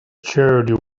charity